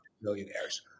millionaires